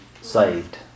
saved